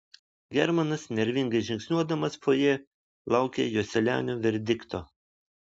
germanas nervingai žingsniuodamas fojė laukė joselianio verdikto